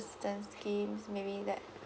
assistance schemes maybe like